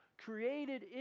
created